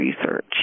research